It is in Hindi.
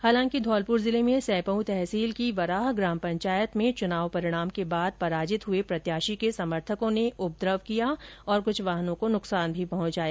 हालांकि धौलपुर जिले में सैंपउ तहसील की वराह ग्राम पंचायत में चुनाव परिणाम के बाद पराजित हुए प्रत्याशी के समर्थकों ने उपद्रव किया और कुछ वाहनों को नुकसान भी पहुंचाया